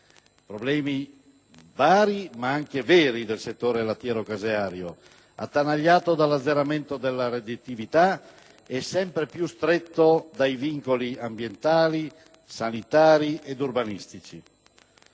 problemi vari, ma anche veri del settore lattiero-caseario, attanagliato dall'azzeramento della redditività e sempre più stretto dai vincoli ambientali, sanitari ed urbanistici.